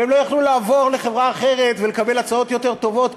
והם לא יכלו לעבור לחברה אחרת ולקבל הצעות יותר טובות,